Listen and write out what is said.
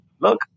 look